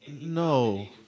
No